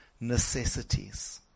necessities